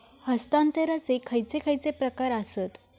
हस्तांतराचे खयचे खयचे प्रकार आसत?